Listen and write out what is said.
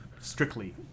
strictly